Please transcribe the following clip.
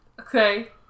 Okay